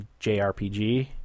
JRPG